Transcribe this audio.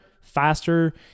faster